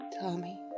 Tommy